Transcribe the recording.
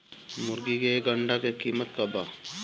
मुर्गी के एक अंडा के कीमत का बा?